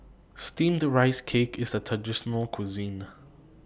Steamed Rice Cake IS A Traditional Local Cuisine